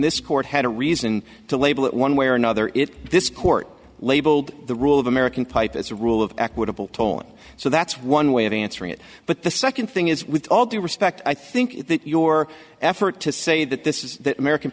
this court had a reason to label it one way or another it this court labeled the rule of american pipe as a rule of equitable tone so that's one way of answering it but the second thing is with all due respect i think that your effort to say that this is american